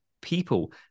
people